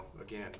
again